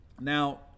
Now